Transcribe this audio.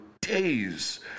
days